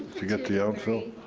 to get to yountville?